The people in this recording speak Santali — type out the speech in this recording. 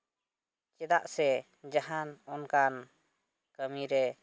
ᱪᱮᱫᱟᱜ ᱥᱮ ᱡᱟᱦᱟᱱ ᱚᱱᱠᱟᱱ ᱠᱟᱹᱢᱤ ᱨᱮ